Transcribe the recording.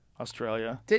Australia